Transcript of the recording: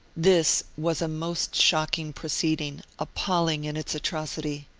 this was a most shocking proceeding, appalling in its atrocity.